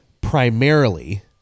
Primarily